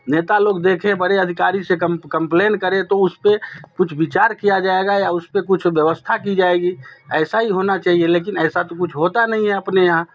नेता लोग देखे बड़े अधिकारी से कम कंप्लेंट करे तो उस पर कुछ विचार किया जाएगा या उस पर कुछ व्यवस्था की जाएगी ऐसा ही होना चाहिए लेकिन ऐसा तो कुछ होता नहीं है अपने यहाँ